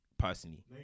Personally